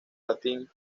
latín